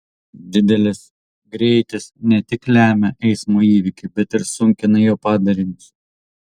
didelis greitis ne tik lemia eismo įvykį bet ir sunkina jo padarinius